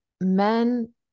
men